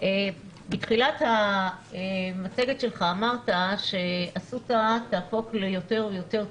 בתחילת המצגת שלך אמרת שאסותא תהפוך ליותר ויותר ציבורית,